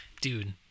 dude